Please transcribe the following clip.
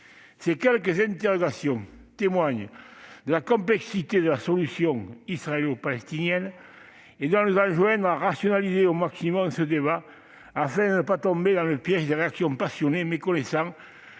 Ces quelques interrogations témoignent de la complexité de la situation israélo-palestinienne, et doivent nous enjoindre de rationaliser le plus possible ce débat afin de ne pas tomber dans le piège des réactions passionnées méconnaissant